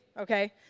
okay